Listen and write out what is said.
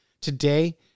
Today